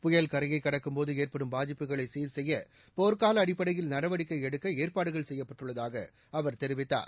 புயல் கரையை கடக்கும்போது ஏற்படும் பாதிப்புகளை சீர்செய்ய போர்க்கால அடிப்படையில் நடவடிக்கை எடுக்க ஏற்பாடுகள் செய்யப்பட்டுள்ளதாக அவர் தெரிவித்தார்